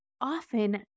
often